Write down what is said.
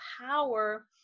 power